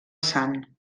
sant